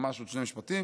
ממש עוד שני משפטים,